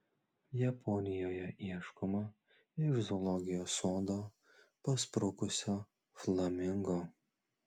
japonijoje ieškoma iš zoologijos sodo pasprukusio flamingo